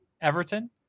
Everton